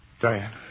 Diane